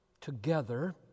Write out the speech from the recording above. together